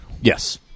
Yes